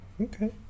Okay